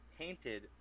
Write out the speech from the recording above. painted